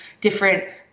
different